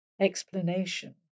explanation